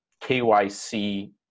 KYC